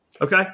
Okay